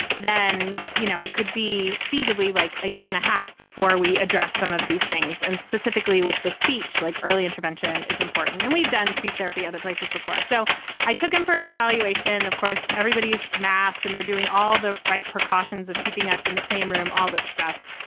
then, you know, it could be feasibly like a year and a half before we address some of these things. and specifically with the speech, like early intervention is important. and we've done speech therapy other places before. so i took him for an evaluation. of course, everybody's masked and they're doing all the right precautions of keeping us in the same room, all this stuff.